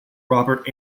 robert